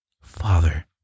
Father